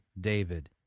David